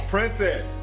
Princess